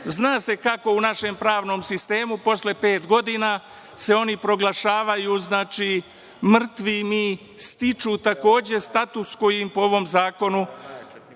Zna se kako u našem pravnom sistemu posle pet godina se oni proglašavaju, znači mrtvim i stiču, takođe, status koji im po ovom zakonu